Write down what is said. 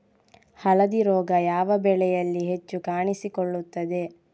ಹಳದಿ ರೋಗ ಯಾವ ಬೆಳೆಯಲ್ಲಿ ಹೆಚ್ಚು ಕಾಣಿಸಿಕೊಳ್ಳುತ್ತದೆ?